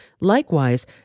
Likewise